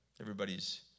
everybody's